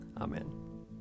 Amen